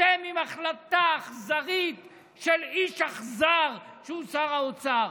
אתם, עם החלטה אכזרית של איש אכזר, שהוא שר האוצר.